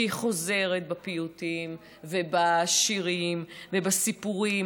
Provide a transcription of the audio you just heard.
שהיא חוזרת בפיוטים ובשירים ובסיפורים